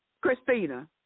Christina